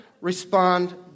respond